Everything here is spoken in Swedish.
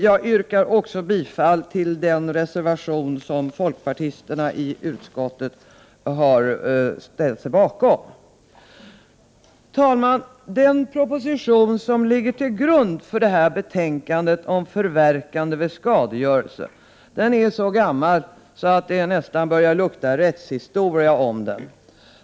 Jag yrkar också bifall till den reservation som folkpartisterna i utskottet har ställt sig bakom. Herr talman! Den proposition som ligger till grund för det här betänkandet om förverkande vid skadegörelse är så gammal att det nästan börjar lukta rättshistoria om den.